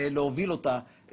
חייבים להוביל - שהחוק,